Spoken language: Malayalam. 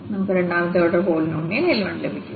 നമുക്ക് രണ്ടാമത്തെ ഓർഡർ പോളിനോമിയൽ L1 ലഭിക്കും